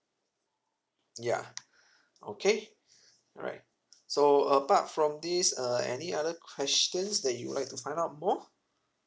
ya okay alright so apart from this uh any other questions that you'd like to find out more